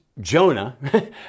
Jonah